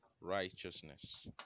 righteousness